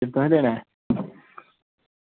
तुसें देने